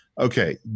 Okay